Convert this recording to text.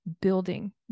building